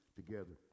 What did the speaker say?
together